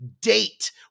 date